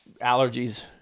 allergies